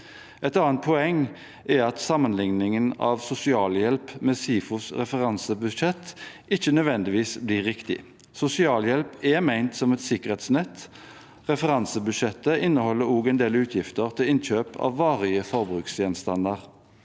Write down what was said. Et annet poeng er at sammenligningen av sosialhjelp med SIFOs referansebudsjett ikke nødvendigvis blir riktig. Sosialhjelp er ment som et sikkerhetsnett. Referansebudsjettet inneholder også en del utgifter til innkjøp av varige forbruksgjenstander.